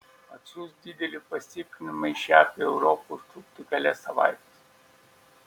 atsiųsti didelį pastiprinimą iš jav į europą užtruktų kelias savaites